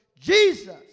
Jesus